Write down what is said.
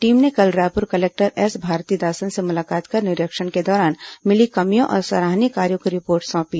team ने कल Raipur collector S Bharathidasan से मुलाकात कर निरीक्षण के दौरान मिली कमियों और सराहनीय कार्यो की रिपोर्ट सौंपी